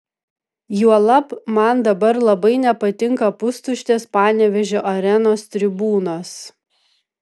juolab man dabar labai nepatinka pustuštės panevėžio arenos tribūnos